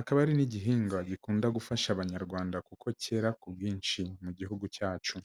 akaba ari n'igihingwa gikunda gufasha abanyarwanda kuko cyera ku bwinshi mu gihugu cyacu.